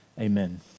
amen